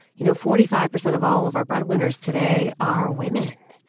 you know, forty five percent of all of our breadwinners today are women,